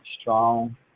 strong